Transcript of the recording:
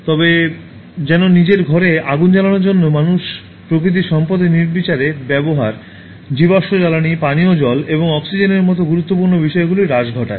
তবে যেন নিজের ঘরে আগুন জ্বালানোর জন্য মানুষের প্রাকৃতিক সম্পদের নির্বিচারে ব্যবহার জীবাশ্ম জ্বালানী পানীয় জল এবং অক্সিজেনের মতো গুরুত্বপূর্ণ বিষয়গুলির হ্রাস ঘটায়